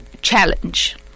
challenge